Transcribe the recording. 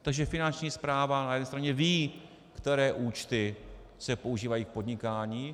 Takže Finanční správa na jedné straně ví, které účty se používají k podnikání.